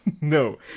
No